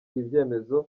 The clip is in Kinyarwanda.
ibyemezo